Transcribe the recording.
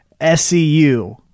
scu